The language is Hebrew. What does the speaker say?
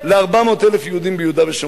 ל-400,000 יהודים ביהודה ושומרון.